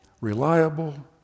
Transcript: reliable